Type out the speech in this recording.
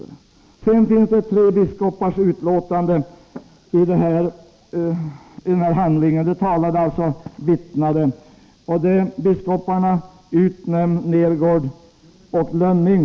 I boken finns vittnesmål från de tre biskoparna Utnem, Nergård och Lgnning.